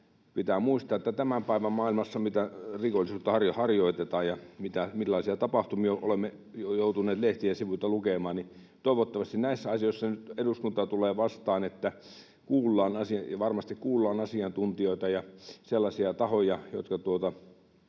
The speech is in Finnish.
mitä rikollisuutta tämän päivän maailmassa harjoitetaan ja millaisia tapahtumia olemme joutuneet lehtien sivuilta lukemaan. Toivottavasti näissä asioissa nyt eduskunta tulee vastaan, niin että kuullaan — ja varmasti kuullaan — asiantuntijoita ja sellaisia tahoja, jotka